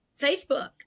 Facebook